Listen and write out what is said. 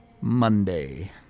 Monday